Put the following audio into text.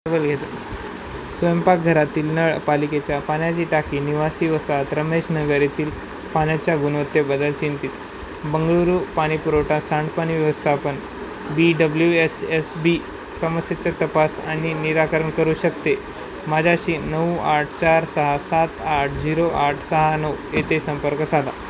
double घ्यायचं स्वयंपाकघरातील नळ पालिकेच्या पाण्याची टाकी निवासी वसाहत रमेश नगर येथील पाण्याच्या गुणवत्तेबद्दल बंगळुरू पाणी पुुरवठा सांडपाणी व्यवस्थापन B W S S B समस्येचा तपास आणि निराकरण करू शकते माझ्याशी नऊ आठ चार सहा सात आठ झिरो आठ सहा नऊ येथे संपर्क साधा